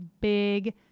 big